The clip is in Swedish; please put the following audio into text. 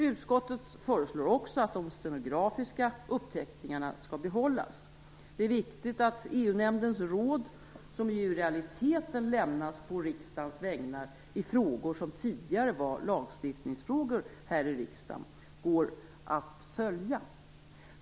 Utskottet föreslår också att de stenografiska uppteckningarna skall behållas. Det är viktigt att EU nämndens råd, som i realiteten lämnas å riksdagens vägnar i frågor som tidigare var lagstiftningsfrågor här i riksdagen, går att följa.